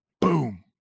boom